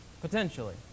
potentially